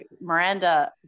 Miranda